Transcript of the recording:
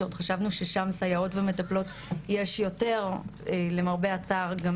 שחשבנו ששם סייעות ומטלות יש יותר ולמרבה הצער מסתבר שגם